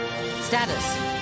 Status